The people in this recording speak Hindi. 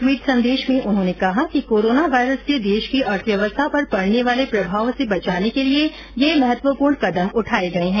ट्वीट संदेश में उन्होंने कहा कि कोरोना वायरस से देश की अर्थव्यवस्था पर पड़ने वाले प्रभाव से बचाने के लिए ये महत्वपूर्ण कदम उठाए गए हैं